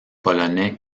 polonais